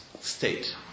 state